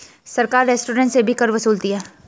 सरकार रेस्टोरेंट से भी कर वसूलती है